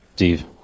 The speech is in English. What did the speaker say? Steve